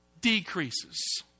decreases